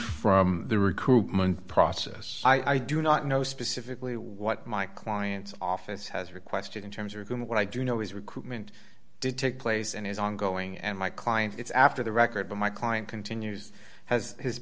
from the recruitment process i do not know specifically what my client's office has requested in terms of what i do know is recruitment did take place and is ongoing and my client is after the record but my client continues has his